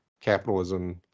capitalism